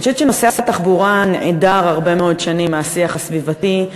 אני חושבת שנושא התחבורה נעדר הרבה מאוד שנים מהשיח הסביבתי,